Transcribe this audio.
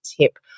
tip